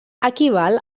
equival